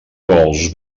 vols